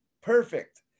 Perfect